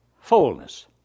fullness